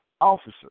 officer